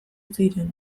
ziren